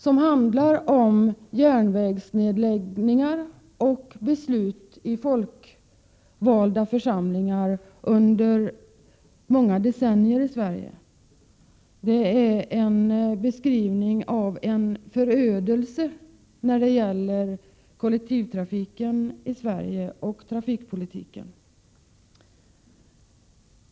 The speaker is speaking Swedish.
Boken handlar om järnvägsnedläggningar och beslut i folkvalda församlingar under många decennier i Sverige. Beskrivningen av kollektivtrafiken och trafikpolitiken i Sverige är en beskrivning av en förödelse.